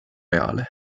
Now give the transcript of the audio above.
reale